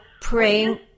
praying